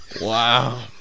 Wow